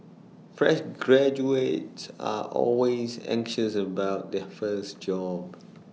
fresh graduates are always anxious about their first job